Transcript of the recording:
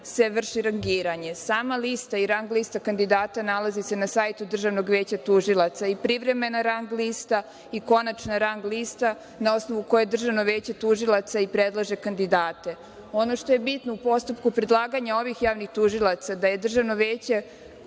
se vrši rangiranje. Sama lista i rang lista kandidata, nalazi se na sajtu Državnog veća tužilaca i privremena rang lista i konačna rang lista, na osnovu koje Državno veće tužilaca i predlaže kandidate. Ono što je bitno u postupku predlaganja ovih javnih tužilaca, da je Državno veće